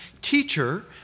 Teacher